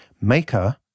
maker